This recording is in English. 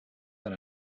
that